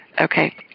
Okay